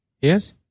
yes